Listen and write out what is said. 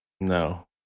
no